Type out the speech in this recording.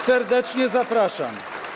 Serdecznie zapraszam.